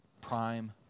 Prime